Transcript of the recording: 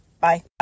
bye